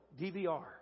DVR